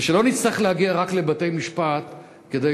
ושלא נצטרך להגיע רק לבתי-משפט כדי